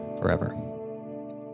forever